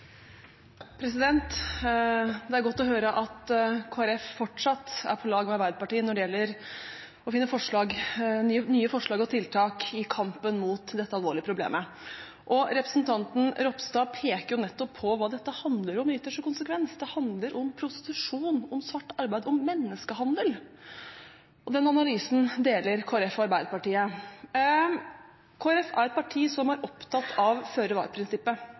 er godt å høre at Kristelig Folkeparti fortsatt er på lag med Arbeiderpartiet når det gjelder å finne nye forslag og tiltak i kampen mot dette alvorlige problemet. Representanten Ropstad peker nettopp på hva dette handler om i ytterste konsekvens – det handler om prostitusjon, om svart arbeid og om menneskehandel. Den analysen deler Kristelig Folkeparti og Arbeiderpartiet. Kristelig Folkeparti er et parti som er opptatt av